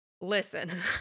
listen